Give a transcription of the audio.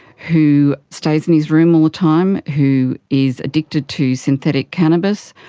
who stays in his room all the time, who is addicted to synthetic cannabis,